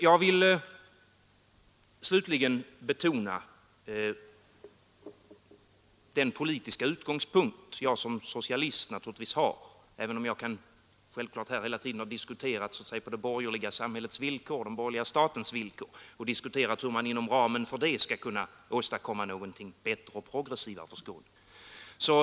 Jag vill slutligen betona den politiska utgångspunkt jag som socialist naturligtvis har, även om jag självklart hela tiden här har diskuterat med hänsyn till den borgerliga statens villkor och hur man inom den ramen skall kunna åstadkomma någonting bättre och mera progressivt för Skåne.